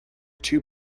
two